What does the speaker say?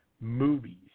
movies